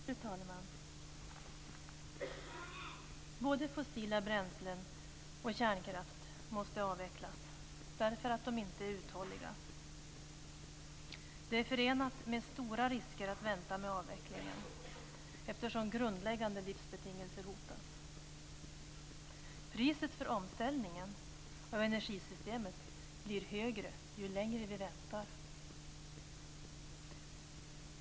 Fru talman! Både fossila bränslen och kärnkraft måste avvecklas därför att de inte är uthålliga. Det är förenat med stora risker att vänta med avvecklingen, eftersom grundläggande livsbetingelser hotas. Priset för omställningen av energisystemet blir högre ju längre vi väntar.